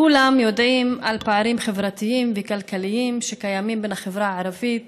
כולם יודעים על פערים חברתיים וכלכליים שקיימים בין החברה הערבית